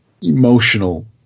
emotional